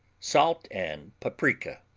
salt and paprika.